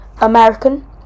American